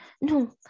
no